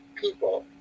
people